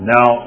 Now